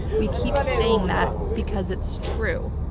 we keep saying that because it's true,